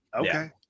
Okay